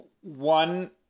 One